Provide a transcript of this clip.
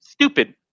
stupid